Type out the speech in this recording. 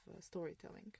storytelling